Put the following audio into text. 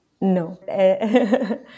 No